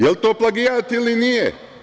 Jel to plagijat ili nije?